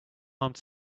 armed